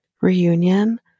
reunion